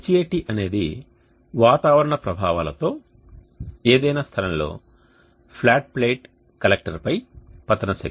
Hat అనేది వాతావరణ ప్రభావాలతో ఏదైనా స్థలంలో ఫ్లాట్ ప్లాట్ కలెక్టర్పై పతన శక్తి